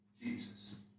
Jesus